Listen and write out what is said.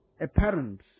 apparent